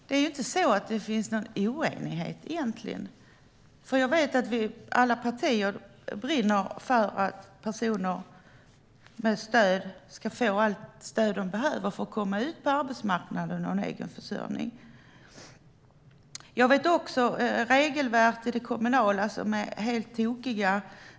Herr talman! Det finns egentligen inte någon oenighet. Jag vet att alla partier brinner för att dessa personer ska få allt stöd de behöver för att komma ut på arbetsmarknaden och få en egen försörjning. Jag vet också att det finns kommunala regelverk som är helt tokiga.